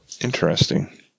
Interesting